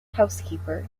housekeeper